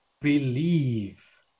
Believe